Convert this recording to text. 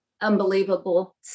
Unbelievable